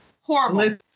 horrible